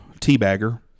teabagger